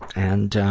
and,